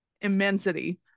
immensity